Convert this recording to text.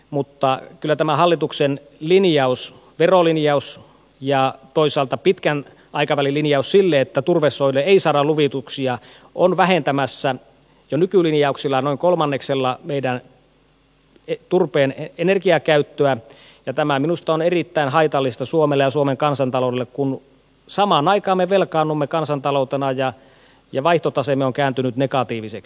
mutta kyllä tämä hallituksen linjaus verolinjaus ja toisaalta pitkän aikavälin linjaus että turvesoille ei saada luvituksia on vähentämässä jo nykylinjauksilla noin kolmanneksella turpeen energiakäyttöä ja tämä minusta on erittäin haitallista suomelle ja suomen kansantaloudelle kun samaan aikaan me velkaannumme kansantaloutena ja vaihtota seemme on kääntynyt negatiiviseksi